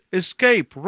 escape